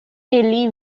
ili